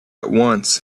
once